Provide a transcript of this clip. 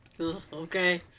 Okay